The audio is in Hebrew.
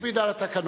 נקפיד על התקנון.